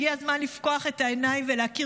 הגיע הזמן לפקוח את העיניים ולהכיר